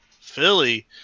Philly